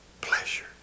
pleasure